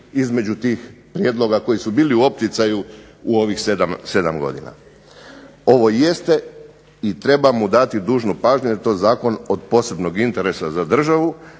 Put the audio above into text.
između tih prijedloga koji su bili u opticaju tih 7 godina. Ovo jeste i treba mu dati dužnu pažnju jer je to Zakon od posebnog interesa za Hrvatsku